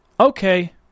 Okay